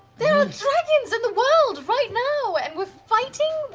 there are dragons in the world, right now! and we're fighting?